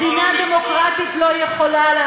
מדינה דמוקרטית לא יכולה,